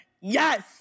Yes